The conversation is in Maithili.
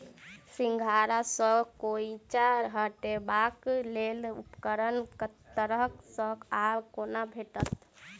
सिंघाड़ा सऽ खोइंचा हटेबाक लेल उपकरण कतह सऽ आ कोना भेटत?